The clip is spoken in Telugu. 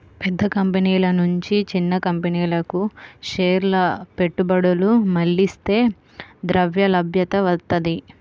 పెద్ద కంపెనీల నుంచి చిన్న కంపెనీలకు షేర్ల పెట్టుబడులు మళ్లిస్తే ద్రవ్యలభ్యత వత్తది